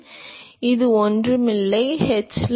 எனவே இது ஒன்றும் இல்லை ஆனால் h laminar x by kf